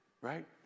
right